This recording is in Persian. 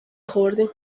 خوردیم